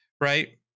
right